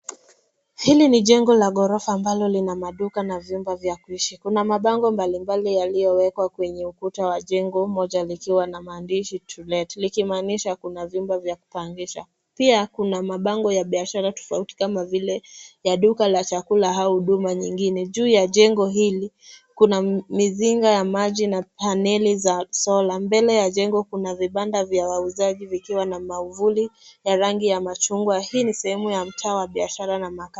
Hili ni jengo la ghorofa ambalo lina maduka na vyumba vya kuishi. Kuna mabango mbalimbali yaliowekwa kwenye ukuta wa jengo moja likiwa na maandishi (cs)to let(cs) likimanisha kuna vyumba vya kupangisha. Pia kuna mabango ya biashara tufauti kama vile ya duka la chakula au huduma nyingine. Juu ya jengo hili, kuna mzinga ya maji na paneli za sola. Mbele ya jengo kuna vibanda vya wauzaji vikiwa na miavuli ya rangi ya machungwa. Hii ni sehemu ya mtaa wa biashara na makazi.